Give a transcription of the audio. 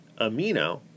amino